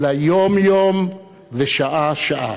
אלא יום-יום ושעה-שעה.